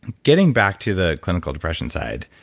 getting back to the clinical depression side,